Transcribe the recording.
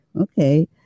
okay